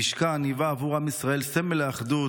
המשכן היווה עבור עם ישראל סמל לאחדות,